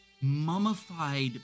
mummified